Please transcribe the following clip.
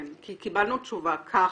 כן, כי קיבלנו תשובה, "ככה".